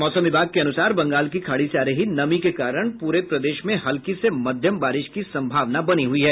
मौसम विभाग के अनुसार बंगाल की खाड़ी से आ रही नमी के कारण प्ररे प्रदेश में हल्की से मध्यम बारिश की सम्भावना बनी हुई है